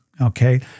Okay